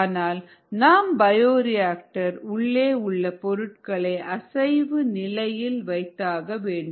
ஆனால் நாம் பயோரியாக்டர் உள்ளே உள்ள பொருட்களை அசைவு நிலையில் வைத்தாக வேண்டும்